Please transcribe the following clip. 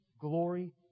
glory